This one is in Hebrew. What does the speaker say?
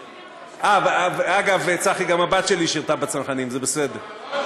אה, אגב, צחי, גם הבת שלי שירתה בצנחנים, זה בסדר.